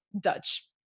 dutch